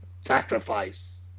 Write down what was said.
Sacrifice